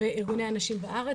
בארגוני הנשים בארץ.